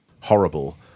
horrible